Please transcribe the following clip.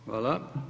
Hvala.